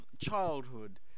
childhood